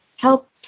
help